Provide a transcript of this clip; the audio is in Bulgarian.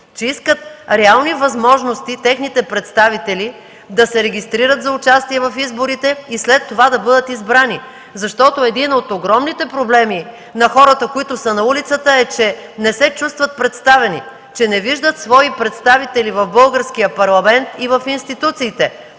че искат реални възможности техните представители да се регистрират за участие в изборите и след това да бъдат избрани. Защото един от огромните проблеми на хората, които са на улицата, е, че не се чувстват представени, че не виждат свои представители в Българския парламент и в институциите.